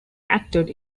acted